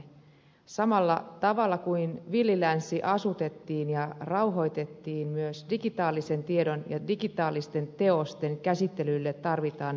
samalla tavalla kuin villi länsi asutettiin ja rauhoitettiin myös digitaalisen tiedon ja digitaalisten teosten käsittelylle tarvitaan pelisääntöjä